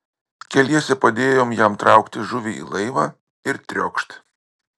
keliese padėjom jam traukti žuvį į laivą ir triokšt